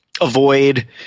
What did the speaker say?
avoid